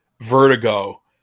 vertigo